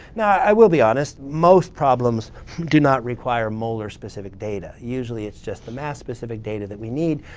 now, i will be honest. most problems do not require molar specific data. usually it's just the mass specific data that we need.